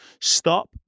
stop